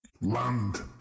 land